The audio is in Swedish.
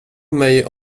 mig